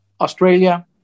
Australia